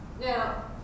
Now